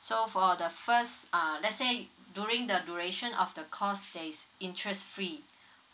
so for the first uh let's say during the duration of the course there's interest free